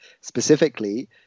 specifically